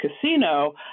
casino